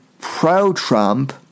pro-Trump